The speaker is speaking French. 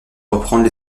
reprendre